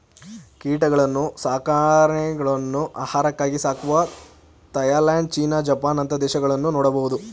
ಕೀಟಗಳನ್ನ್ನು ಸಾಕಾಣೆಗಳನ್ನು ಆಹಾರಕ್ಕಾಗಿ ಸಾಕುವ ಥಾಯಲ್ಯಾಂಡ್, ಚೀನಾ, ಜಪಾನ್ ಅಂತ ದೇಶಗಳನ್ನು ನೋಡಬಹುದು